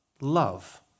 Love